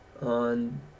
on